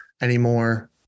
anymore –